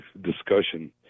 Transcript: discussion